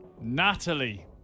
Natalie